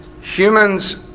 humans